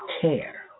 care